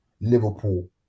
Liverpool